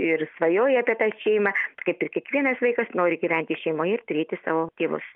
ir svajoja apie tą šeimą kaip ir kiekvienas vaikas nori gyventi šeimoje ir turėti savo tėvus